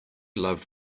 love